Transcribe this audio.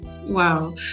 wow